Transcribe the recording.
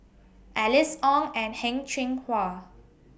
Alice Ong and Heng Cheng Hwa